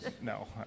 No